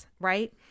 right